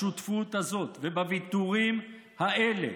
בשותפות הזאת ובוויתורים האלה,